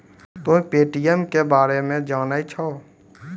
तोंय पे.टी.एम के बारे मे जाने छौं?